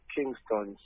Kingston